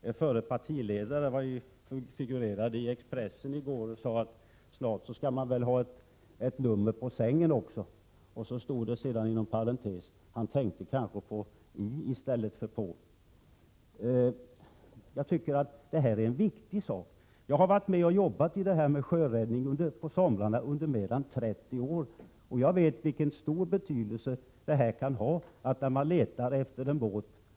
Er förre partiledare figurerade i Expressen i går där han sade: Snart skall man väl ha ett nummer på sängen också. Vidare stod det att läsa inom parentes: Han tänkte kanske på ”i” i stället för ”på”. Båtregistret är viktigt. Jag har under somrarna i mer än 30 år deltagit i sjöräddningens arbete. Jag vet vilken stor betydelse ett båtregister kan ha när man letar efter en båt.